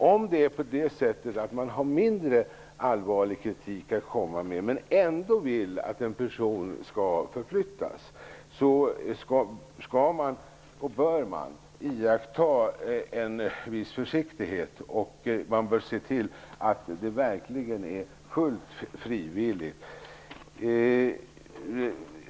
Om man har mindre allvarlig kritik att komma med men ändå vill att en person skall förflyttas, skall man -- och bör man -- iaktta en viss försiktighet. Man bör se till att det hela verkligen sker helt frivilligt.